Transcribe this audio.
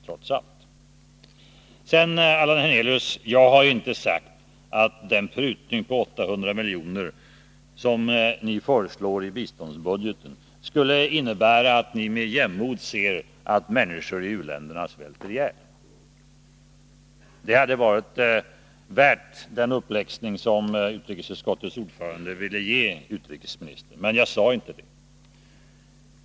Sedan, Allan Hernelius: Jag har inte sagt att den prutning på 800 milj.kr. som ni föreslår beträffande biståndsbudgeten skulle innebära att ni med jämnmod ser att människor i u-länderna svälter ihjäl. Det hade varit värt den uppläxning som utrikesutskottets ordförande ville ge utrikesministern. Men jag sade inte så.